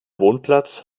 wohnplatz